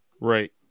Right